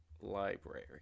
library